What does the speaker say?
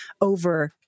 over